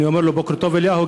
אני אומר לו: בוקר טוב אליהו.